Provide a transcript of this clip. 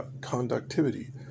conductivity